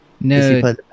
No